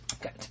good